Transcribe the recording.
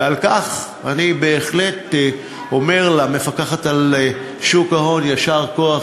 ועל כך אני בהחלט אומר למפקחת על שוק ההון יישר כוח,